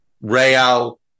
Real